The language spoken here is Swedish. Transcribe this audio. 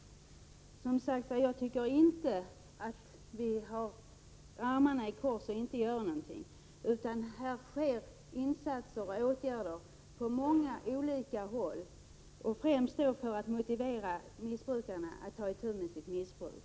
Jag tycker som sagt inte att vi har armarna i kors och inte gör någonting, utan här sker insatser och vidtas åtgärder på många håll, främst då för att motivera missbrukarna att ta itu med sitt missbruk.